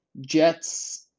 Jets